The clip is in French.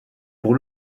pour